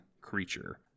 creature